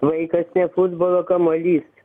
vaikas ne futbolo kamuolys